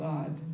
God